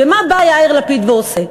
ומה בא יאיר לפיד ועושה?